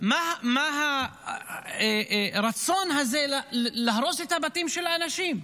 מה הרצון הזה להרוס את הבתים של האנשים?